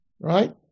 Right